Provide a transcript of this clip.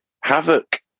Havoc